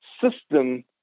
system